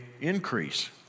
increase